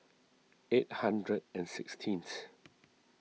eight hundred and sixteenth